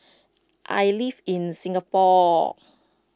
I live in Singapore